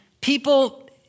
people